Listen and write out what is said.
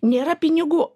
nėra pinigų